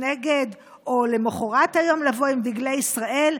נגד או למוחרת היום לבוא עם דגלי ישראל,